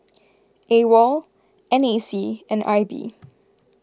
Awol N A C and I B